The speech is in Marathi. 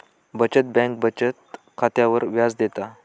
बचत बँक बचत खात्यावर व्याज देता